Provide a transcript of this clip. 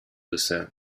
descent